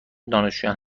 دانشجویان